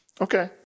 Okay